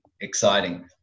exciting